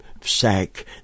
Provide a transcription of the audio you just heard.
sack